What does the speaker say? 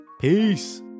Peace